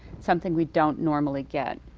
something we don't normally get.